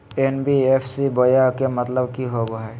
NBFC बोया के मतलब कि होवे हय?